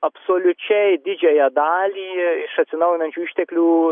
absoliučiai didžiąją dalį iš atsinaujinančių išteklių